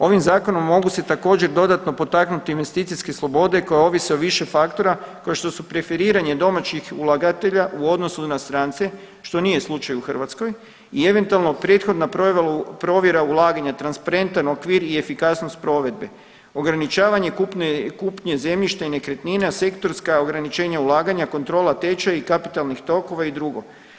Ovim zakonom mogu se također dodatno potaknuti investicijske slobode koje ovise o više faktora, kao što su preferiranje domaćih ulagatelja u odnosu na strance što nije slučaj u Hrvatskoj i eventualno prethodna provjera ulaganja, transparentan okvir i efikasnost provedbe, ograničavanje kupnje zemljišta i nekretnina, sektorska ograničenja ulaganja, kontrola tečaja i kapitalnih tokova i drugo.